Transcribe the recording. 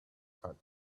had